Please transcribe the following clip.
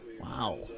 Wow